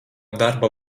darba